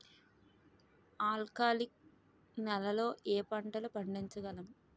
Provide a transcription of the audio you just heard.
ఆల్కాలిక్ నెలలో ఏ పంటలు పండించగలము?